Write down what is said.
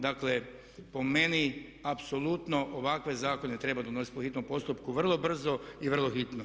Dakle po meni apsolutno ovakve zakone treba donositi po hitnom postupku vrlo brzo i vrlo hitno.